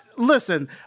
Listen